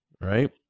right